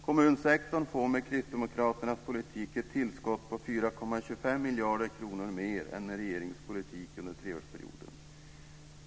Kommunsektorn får med kristdemokraternas politik ett tillskott på 4,25 miljarder kronor mer än med regeringens politik under treårsperioden.